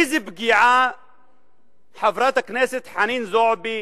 איזו פגיעה חברת הכנסת חנין זועבי